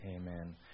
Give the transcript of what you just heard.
Amen